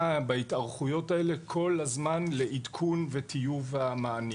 בהתארכויות האלה כל הזמן לעדכון וטיוב המענים,